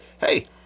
Hey